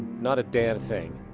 not a damn thing.